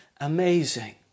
amazing